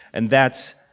and that's.